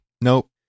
Nope